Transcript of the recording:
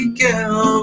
girl